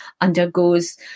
undergoes